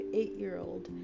eight-year-old